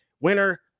Winner